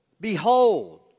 behold